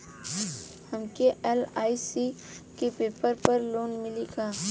हमके एल.आई.सी के पेपर पर लोन मिली का?